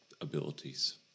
abilities